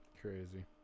Crazy